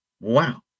Wow